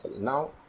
Now